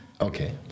Okay